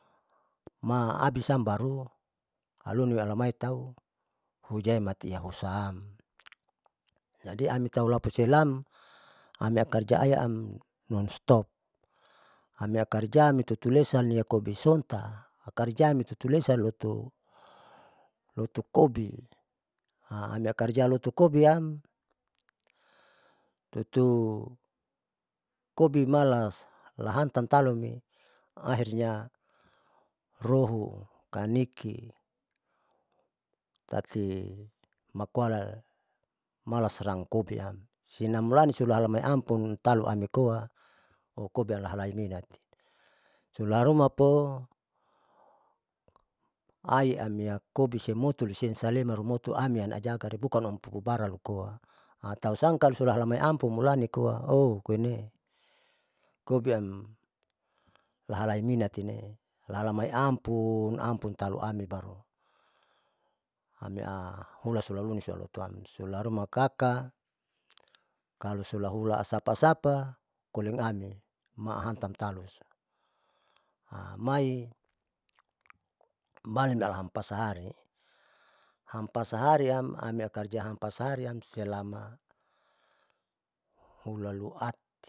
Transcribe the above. Ma abisism baru aluni alamai tau hujaimat iahasaa jadi amilapusilam ami akarja aiyaam nonstop ami akarja mitutulesa mia kobisonta karja mitutulesa loto, lotot kobi ami akarja lutu kobiam utu kobi mala lahantam talume ahirnya rou kaniki tati makuala mala serang kobiam sinam lalin siuhalamai amanpun talu niloikoa alahai nimati sulaharuma po ai amia kobi motulisiem salemanhumoto amiam ajakanbukanre aupu baran koa tausan kalosula moiampon mulani koa ouu koinee, kobiam lahaitinina koine lahalamai ampun ampun taluami ami ahula sulanima lutuam sulahruma kaka kalo sulahula asapa asapa koling ami mahantam taluso mai bali alaham pasahari ampasahariam amiakarja hampasahari amselama hulaluati.